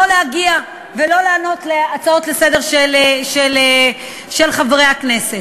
להגיע ולא לענות על הצעות לסדר-היום של חברי הכנסת.